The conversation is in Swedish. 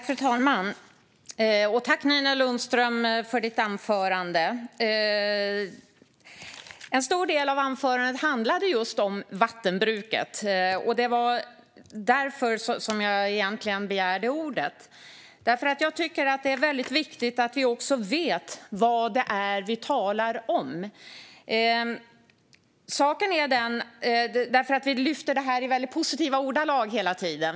Fru talman! Tack, Nina Lundström, för ditt anförande! En stor del av anförandet handlade om vattenbruket. Det var egentligen därför som jag begärde ordet. Jag tycker nämligen att det är väldigt viktigt att vi vet vad det är vi talar om, för vi lyfter hela tiden vattenbruket i väldigt positiva ordalag.